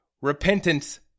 Repentance